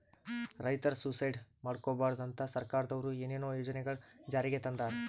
ರೈತರ್ ಸುಯಿಸೈಡ್ ಮಾಡ್ಕೋಬಾರ್ದ್ ಅಂತಾ ಸರ್ಕಾರದವ್ರು ಏನೇನೋ ಯೋಜನೆಗೊಳ್ ಜಾರಿಗೆ ತಂದಾರ್